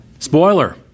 Spoiler